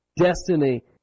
Destiny